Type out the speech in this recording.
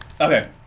Okay